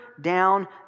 down